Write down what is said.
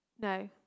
No